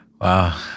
wow